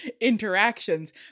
interactions